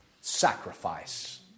Sacrifice